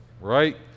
Right